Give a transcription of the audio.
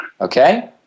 Okay